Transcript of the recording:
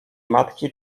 matki